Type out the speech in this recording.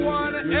one